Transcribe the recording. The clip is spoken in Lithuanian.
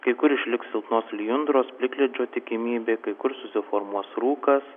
kai kur išliks silpnos lijundros plikledžio tikimybė kai kur susiformuos rūkas